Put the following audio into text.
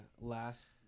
last